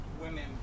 women